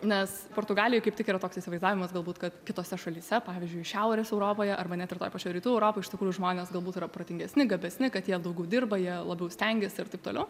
nes portugalijoj kaip tik yra toks įsivaizdavimas galbūt kad kitose šalyse pavyzdžiui šiaurės europoje arba net ir toj pačioj rytų europoj iš tikrųjų žmonės galbūt yra protingesni gabesni kad jie daugiau dirba jie labiau stengiasi ir taip toliau